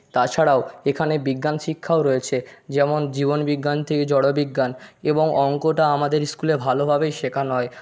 তাছাড়াও এখানে বিজ্ঞান শিক্ষাও রয়েছে যেমন জীবনবিজ্ঞান থেকে জড়বিজ্ঞান এবং অঙ্কটা আমাদের স্কুলে ভালোভাবেই শেখানো হয়